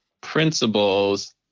principles